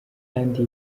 kandi